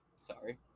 Sorry